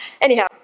Anyhow